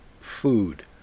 food